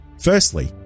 Firstly